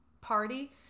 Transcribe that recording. party